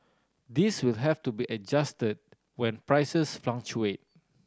these will have to be adjusted when prices fluctuate